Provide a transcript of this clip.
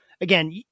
again